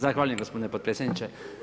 Zahvaljujem gospodine podpredsjedniče.